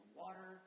water